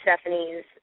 Stephanie's